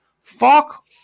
Fuck